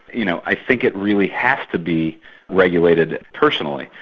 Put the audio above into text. you know i think it really has to be regulated personally,